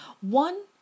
One